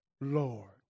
Lord